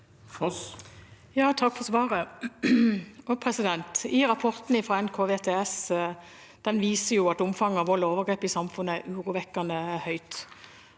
Takk for svaret. Rapporten fra NKVTS viser at omfanget av vold og overgrep i samfunnet er urovekkende høyt.